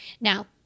Now